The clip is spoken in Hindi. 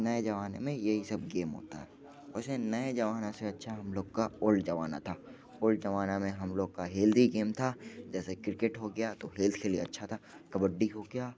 नए जमाने में ये ही सब गेम होता है वैसे नए जमाने से अच्छा हम लोग का ओल्ड जमाना था ओल्ड जमाना में हम लोग का हेल्दी गेम था जैसे क्रिकेट हो गया तो हेल्थ के लिए अच्छा था कबड्डी हो गया